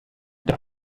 der